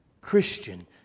Christian